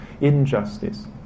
injustice